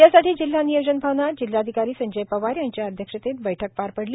यासाठी जिल्हा नियोजन भवनात जिल्हाधिकारी संजय पवार यांच्या अध्यक्षतेत बैठक पार पडली